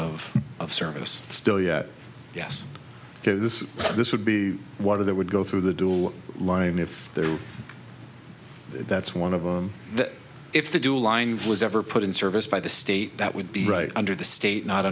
of of service still yet yes this is this would be water that would go through the dual line if there were that's one of them that if they do a line was ever put in service by the state that would be right under the state not